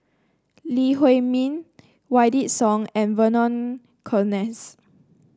Lee Huei Min Wykidd Song and Vernon Cornelius